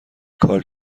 کار